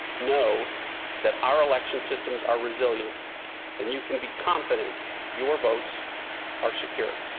know that our election systems are resilient and you can be confident your votes are secure.